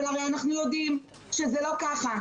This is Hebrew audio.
אבל הרי אנחנו יודעים שזה לא כך.